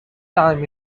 time